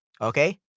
Okay